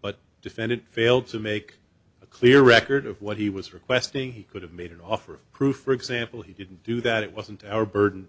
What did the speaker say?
but defendant failed to make a clear record of what he was requesting he could have made an offer of proof for example he didn't do that it wasn't our burden